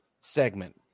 segment